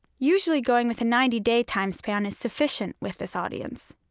usually going with a ninety day time span is sufficient with this audience.